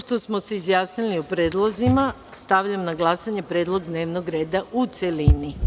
Pošto smo se izjasnili o predlozima, stavljam na glasanje predlog dnevnog reda u celini.